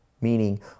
Meaning